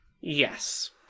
Yes